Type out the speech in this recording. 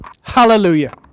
Hallelujah